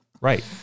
right